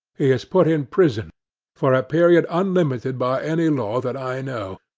he is put in prison for a period unlimited by any law that i know,